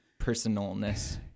personalness